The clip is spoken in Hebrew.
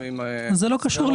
זה לא קשור.